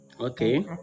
okay